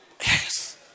Yes